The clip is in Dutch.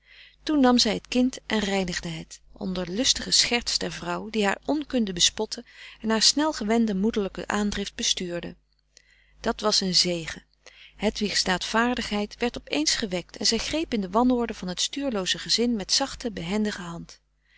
toen nam zij het kind en reinigde het onder lustige scherts der vrouw die haar onkunde bespotte en haar snel gewende moederlijke aandrift bestuurde dat was een zegen hedwigs daadvaardigheid werd op eens gewekt en zij greep in de wanorde van het stuurlooze gezin met zachte behendige hand